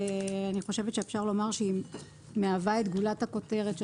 ואני חושבת שאפשר לומר שהיא מהווה את גולת הכותרת של